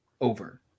over